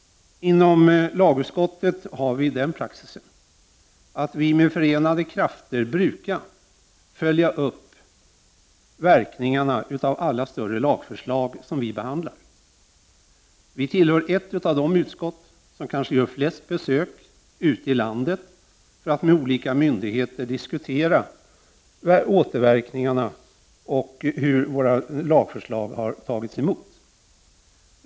Inom lagutskottet har vi den praxisen att vi med förenade krafter brukar följa upp verkningarna av alla större lagförslag som vi behandlar. Vi är ett av de utskott som gör flest besök ute i landet för att med olika myndigheter diskutera återverkningarna och hur våra lagförslag har tagits emot.